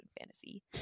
fantasy